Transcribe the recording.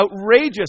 outrageous